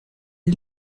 est